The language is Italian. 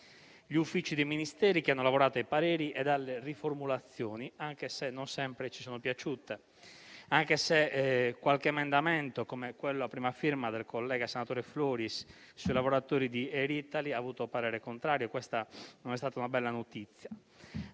gli uffici dei Ministeri, che hanno lavorato ai pareri e alle riformulazioni, anche se non sempre ci sono piaciute, anche se qualche emendamento, come quello a prima firma del collega senatore Floris sui lavoratori di Air Italy, ha avuto parere contrario (questa non è stata una bella notizia),